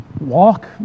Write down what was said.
walk